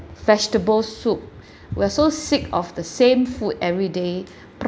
vegetable soup we're so sick of the same food every day